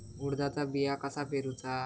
उडदाचा बिया कसा पेरूचा?